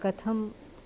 कथम्